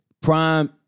prime